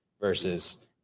Versus